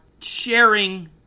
sharing